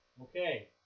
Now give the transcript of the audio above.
Okay